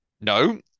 No